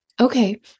Okay